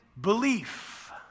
belief